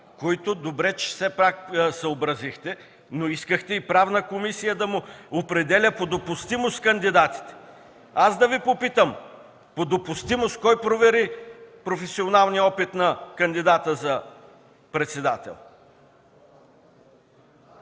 които добре че все пак съобразихте, но искахте и Правната комисия да му определя по допустимост кандидатите! Аз да Ви попитам: по допустимост кой провери професионалния опит на кандидата за председател?